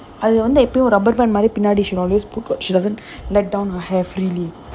அவ வந்து எப்பயுமே:ava vandhu eppayumae rubber band மாதிரி பின்னாடி:maadhiri pinnaadi then she always put [what] she doesn't let down her hair freely